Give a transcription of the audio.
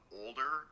older